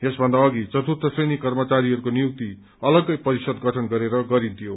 यसभन्दा अघि चतुर्थ श्रेणी कर्मचारीहरूको नियुक्ति अलग्गै परिषद गठन गरेर गरिन्थ्यो